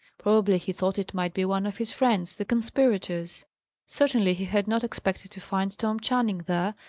probably he thought it might be one of his friends, the conspirators certainly he had not expected to find tom channing there,